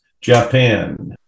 Japan